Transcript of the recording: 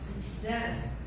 success